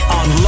on